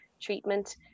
treatment